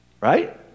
right